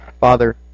Father